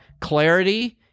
clarity